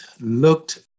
looked